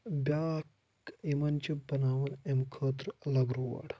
بیٛاکھ یِمَن چھُ بَناوُن اَمہِ خٲطرٕ اَلَگ روڈ